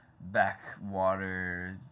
Backwater